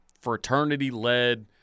fraternity-led